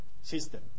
system